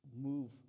move